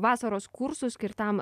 vasaros kursus skirtam